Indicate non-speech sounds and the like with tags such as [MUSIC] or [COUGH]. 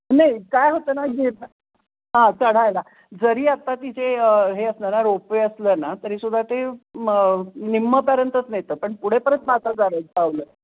नाही काय होतं ना हां चढायला जरी आत्ता तिथे हे असलं ना रोपवे असलं ना तरीसुद्धा ते मग निम्मपर्यंतच नेतं पण पुढे परत [UNINTELLIGIBLE]